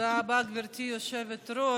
תודה רבה, גברתי היושבת-ראש.